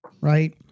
right